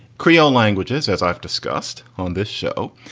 creole languages, as i've discussed on this show,